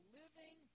living